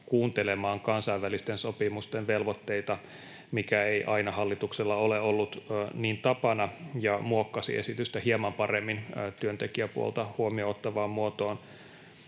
kuuntelemaan kansainvälisten sopimusten velvoitteita, mikä ei aina hallituksella ole ollut niin tapana, ja muokkasi esitystä hieman paremmin työntekijäpuolta huomioon ottavaan muotoon.